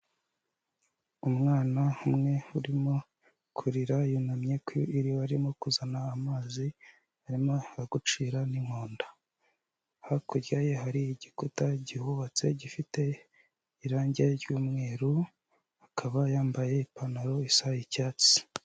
Umwana umwe urimo kurira yunamye ku iri arimo kuzana amazi arimo no gucira n'inkonda, hakurya ye hari igikuta kihubatse gifite irange ry'umweru, akaba yambaye ipantaro isa icyatsi.